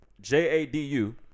J-A-D-U